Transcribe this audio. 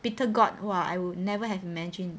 bitter gourd !wah! I would never have imagine